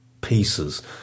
pieces